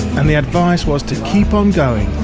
and the advice was to keep on going,